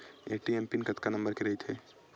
ATM PIN कतका number के रही थे?